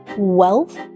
Wealth